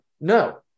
No